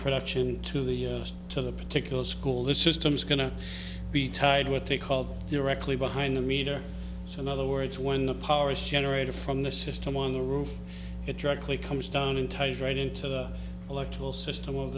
production to the to the particular school the system's going to be tied what they called directly behind the meter so in other words when the power is generated from the system on the roof it directly comes down and ties right into the electoral system of